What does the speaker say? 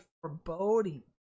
foreboding